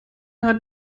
hat